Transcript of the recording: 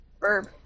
Verb